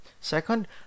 Second